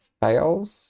fails